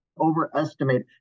overestimate